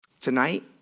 tonight